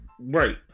Right